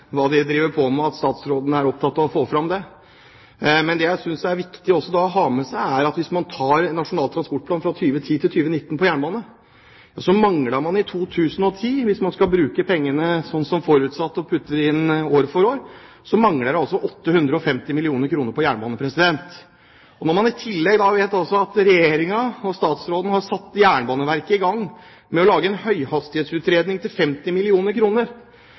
hva man driver med, at statsråden er opptatt av å få fram det. Men jeg synes også det er viktig å ha med seg at hvis man ser på Nasjonal transportplan 2010–2019, så manglet man i 2010 – hvis man skal bruke pengene slik som forutsatt, putte det inn år for år – 850 mill. kr på jernbane. Når man i tillegg vet at Regjeringen og statsråden har satt Jernbaneverket i gang med å lage en høyhastighetsutredning til 50